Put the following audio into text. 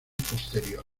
posterior